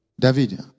David